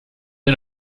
ein